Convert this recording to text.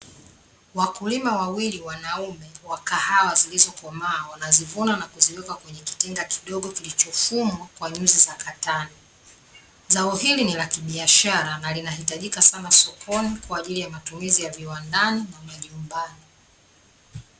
Wakulima wawili wanaume wa kahawa zilizokomaa, wanazivuna na kuziweka kwenye kitenga kidogo kilichofumwa kwa nyuzi za katani. Zao hili ni la kibiashara na linahitajika sana sokoni kwa ajili ya matumizi ya viwandani na majumbani.